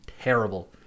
terrible